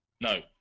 No